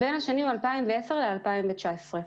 בין השנים 2010 ל-2019.